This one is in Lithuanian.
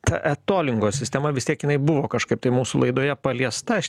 ta etolingo sistema vis tiek jinai buvo kažkaip tai mūsų laidoje paliesta aš